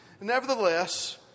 Nevertheless